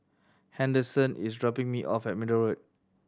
Henderson is dropping me off at Middle Road